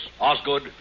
Osgood